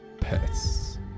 pets